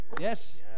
Yes